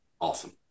awesome